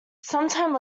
sometime